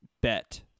bet